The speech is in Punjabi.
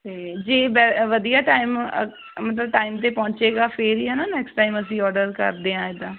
ਤੇ ਜੀ ਵਧੀਆ ਟਾਈਮ ਮਤਲਬ ਟਾਈਮ ਤੇ ਪਹੁੰਚੇਗਾ ਫਿਰ ਹੀ ਹਨਾ ਨੈਕਸਟ ਟਾਈਮ ਅਸੀਂ ਆਰਡਰ ਕਰਦੇ ਆਂ ਇਦਾਂ